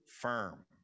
firm